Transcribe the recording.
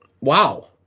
Wow